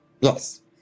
Yes